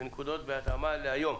בנקודות בהתאמה להיום.